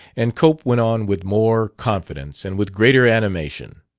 and cope went on with more confidence and with greater animation.